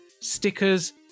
stickers